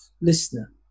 listener